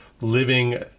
living